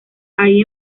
ahí